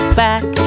back